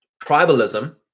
tribalism